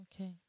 okay